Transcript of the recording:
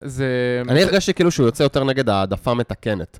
זה... אני הרגשתי כאילו שהוא יוצא יותר נגד העדפה מתקנת.